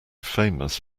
famous